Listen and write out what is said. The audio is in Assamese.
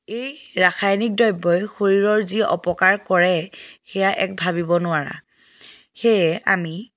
এই ৰাসায়নিক দ্ৰব্যই শৰীৰৰ যি অপকাৰ কৰে সেয়া এক ভাবিব নোৱাৰা সেয়ে আমি